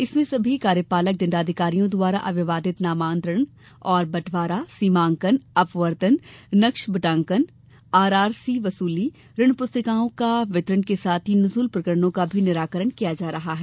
इनमें सभी कार्यपालक दंडाधिकारियों द्वारा अविवादित नामांतरण और बँटवारा सीमांकन व्यपवर्तन नक्श बटांकन आरआरसी वसूली ऋण पुस्तिकाओं का वितरण के साथ ही नजूल प्रकरणों का भी निराकरण किया जा रहा है